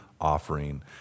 offering